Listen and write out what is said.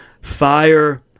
fire